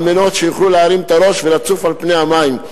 על מנת שיוכלו להרים את הראש ולצוף על פני המים,